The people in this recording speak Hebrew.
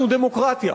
אנחנו דמוקרטיה,